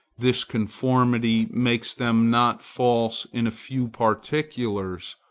this conformity makes them not false in a few particulars,